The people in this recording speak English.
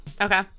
Okay